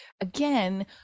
again